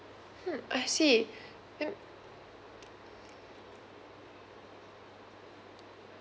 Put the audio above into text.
hmm I see mm